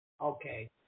Okay